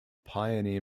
pioneer